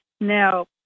Now